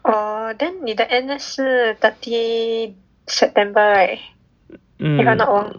orh then 你的 N_S 是 thirty september right if I am not wrong